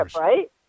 right